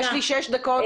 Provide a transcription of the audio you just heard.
יש לי שש דקות